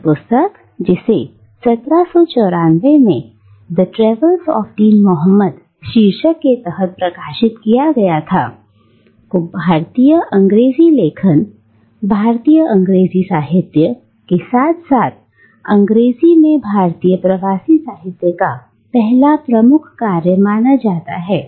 यह पुस्तक जिसे 1794 में the travels of Dean Mohammed शीर्षक के तहत प्रकाशित किया गया था को भारतीय अंग्रेजी लेखन भारतीय अंग्रेजी साहित्य के साथ साथ अंग्रेजी में भारतीय प्रवासी साहित्य का पहला प्रमुख कार्य माना जाता है